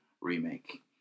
Remake